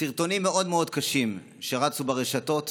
לסרטונים מאוד קשים שרצו ברשתות